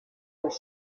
was